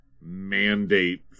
mandate